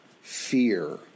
fear